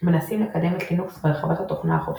מנסים לקדם את לינוקס והרחבת התוכנה החופשית.